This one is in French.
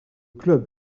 club